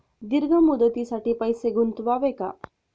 दीर्घ मुदतीसाठी पैसे गुंतवावे का?